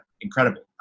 incredible